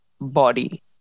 body